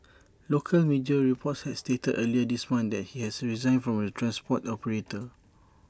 local media reports had stated earlier this month that he had resigned from the transport operator